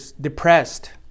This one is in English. depressed